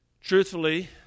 Truthfully